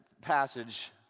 passage